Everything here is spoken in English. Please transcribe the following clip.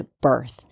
birth